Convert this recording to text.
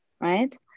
right